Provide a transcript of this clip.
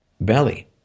belly